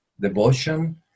devotion